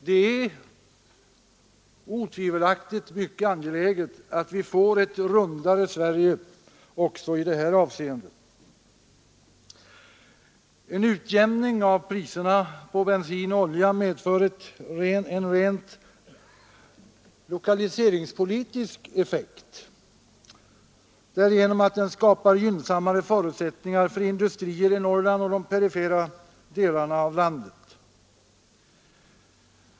Det är otvivelaktigt mycket angeläget att vi får ett rundare Sverige också i det här avseendet. En utjämning av priserna på bensin och olja medför en rent lokaliseringspolitisk effekt därigenom att den skapar gynnsammare förutsättningar för industrier i Norrland och de perifera delarna av landet.